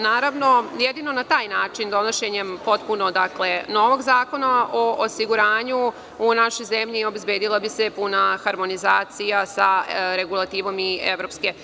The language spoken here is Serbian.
Naravno, jedino na taj način, donošenjem potpuno novog zakona o siguranju, u našoj zemlji bi se obezbedila puna harmonizacija sa regulativom EU.